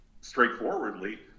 straightforwardly